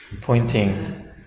pointing